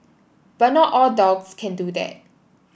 but not all dogs can do that